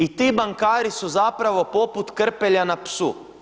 I ti bankari su zapravo poput krpelja na psu.